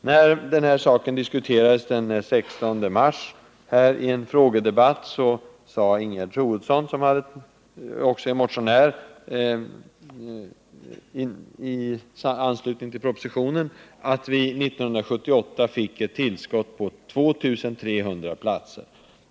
När detta diskuterades här i kammaren i en frågedebatt den 16 mars sade Ingegerd Troedsson, som också motionerat i anslutning till propositionen, att vi 1978 fick ett tillskott på 2 300 platser.